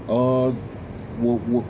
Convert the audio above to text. uh 我我